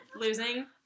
losing